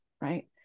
right